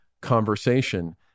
conversation